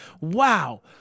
wow